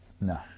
No